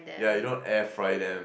yeah you don't air fry them